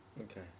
Okay